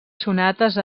sonates